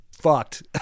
fucked